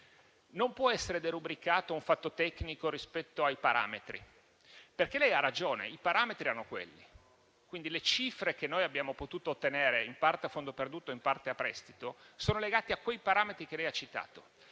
non può essere derubricato a un fatto tecnico rispetto ai parametri. Lei ha ragione: i parametri erano quelli e, quindi, le cifre che abbiamo potuto ottenere, in parte a fondo perduto e in parte a prestito, sono legate a quei parametri che lei ha citato.